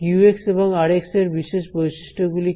q এবং r এর বিশেষ বৈশিষ্ট্য গুলি কি